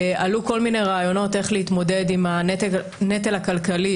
עלו כל מיני רעיונות איך להתמודד עם הנטל הכלכלי